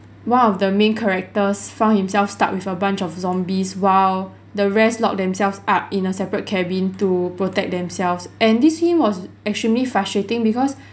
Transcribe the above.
one of the main characters found himself stuck with a bunch of zombies while the rest locked themselves up in a separate cabin to protect themselves and this scene was extremely frustrating because